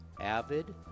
Avid